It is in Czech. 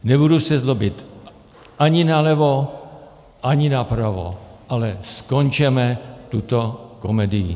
Nebudu se zlobit ani nalevo, ani napravo, ale skončeme tuto komedii.